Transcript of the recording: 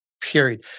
period